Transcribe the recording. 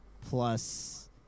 plus